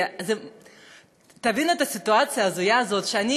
כי תבין את הסיטואציה ההזויה הזאת: כשאני